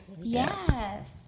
yes